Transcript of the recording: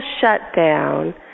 shutdown